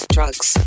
Drugs